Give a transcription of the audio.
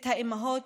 את האימהות,